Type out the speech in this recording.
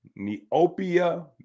Neopia